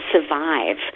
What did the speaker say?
survive